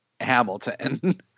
Hamilton